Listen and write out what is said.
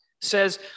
Says